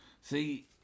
See